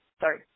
sorry